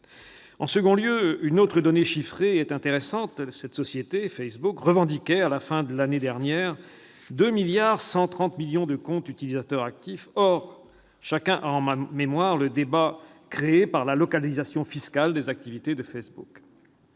En second lieu, une autre donnée chiffrée est intéressante : la société Facebook revendiquait, à la fin de l'année dernière, 2,13 milliards de comptes utilisateurs actifs. Or, chacun a en mémoire le débat créé par la localisation fiscale des activités de cette